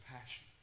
passion